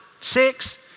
six